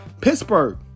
Pittsburgh